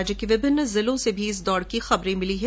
राज्य के विभिन्न जिलों से भी इस दौड़ की खबरें मिली है